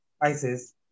Isis